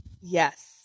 Yes